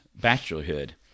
bachelorhood